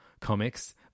comics